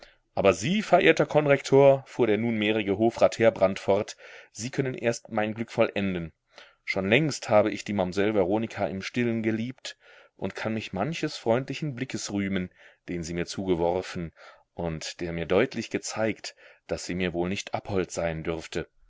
aber sie verehrter konrektor fuhr der nunmehrige hofrat heerbrand fort sie können erst mein glück vollenden schon längst habe ich die mamsell veronika im stillen geliebt und kann mich manches freundlichen blickes rühmen den sie mir zugeworfen und der mir deutlich gezeigt daß sie mir wohl nicht abhold sein dürfte